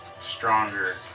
stronger